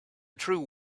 true